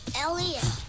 Elliot